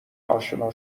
آشنا